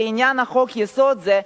לעניין חוק-יסוד זה,